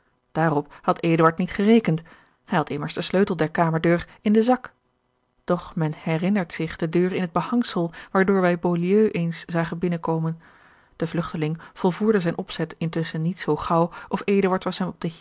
had eduard niet gerekend hij had immers den sleutel der kamerdeur in den zak doch men herinnert zich de deur in het behangsel waardoor wij beaulieu eens zagen binnen komen de vlugteling volvoerde zijn opzet intusschen niet zoo gaauw of